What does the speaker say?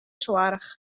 soarch